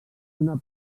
una